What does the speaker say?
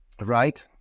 right